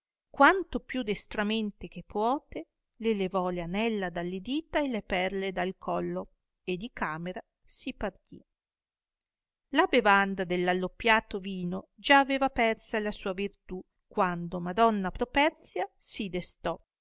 quanto più destramente che puote le levò le anella dalle dita e le perle dal collo e di camera sì partì la bevanda dell alloppiato vino già aveva persa la sua virtù quando madonna properzia si destò